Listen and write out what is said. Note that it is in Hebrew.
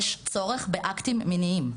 יש צורך באקטים מיניים.